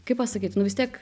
kaip pasakyt nu vis tiek